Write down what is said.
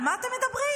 על מה אתם מדברים?